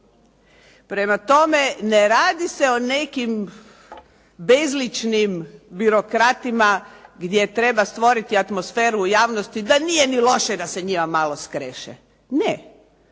Prema tome, ne radi se o nekim bezličnim birokratima gdje treba stvoriti atmosferu u javnosti da nije ni loše da se njima malo skreše. Ne,